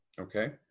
Okay